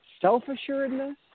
self-assuredness